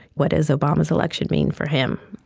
what does obama's election mean for him?